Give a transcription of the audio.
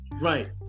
Right